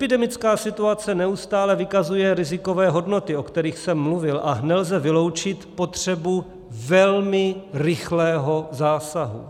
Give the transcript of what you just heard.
Epidemická situace neustále vykazuje rizikové hodnoty, o kterých jsem mluvil, a nelze vyloučit potřebu velmi rychlého zásahu.